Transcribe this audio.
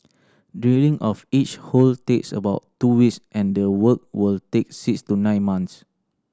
drilling of each hole takes about two weeks and the work will take six to nine months